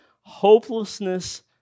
hopelessness